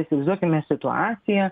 įsivaizduokime situaciją